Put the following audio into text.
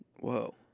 Whoa